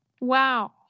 Wow